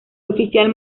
oficial